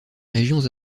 régions